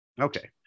Okay